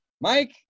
Mike